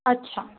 अच्छा